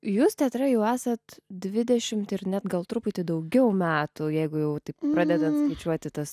jūs teatre jau esat dvidešimt ir net gal truputį daugiau metų jeigu jau taip pradedanat skaičiuoti tas